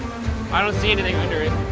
i don't see anything under it.